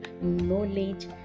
knowledge